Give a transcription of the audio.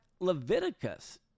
Leviticus